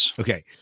Okay